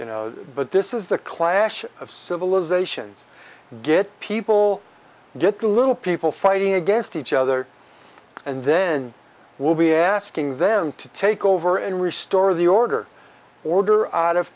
you know but this is the clash of civilizations get people get the little people fighting against each other and then we'll be asking them to take over and restore the order order out of